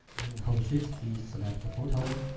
and hold the shift key select the photo?